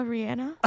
Rihanna